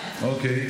אוקיי.